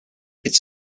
its